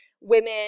women